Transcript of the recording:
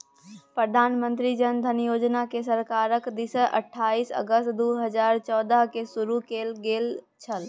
प्रधानमंत्री जन धन योजनाकेँ सरकारक दिससँ अट्ठाईस अगस्त दू हजार चौदहकेँ शुरू कैल गेल छल